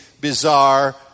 bizarre